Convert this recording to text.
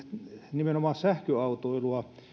nimenomaan sähköautoilua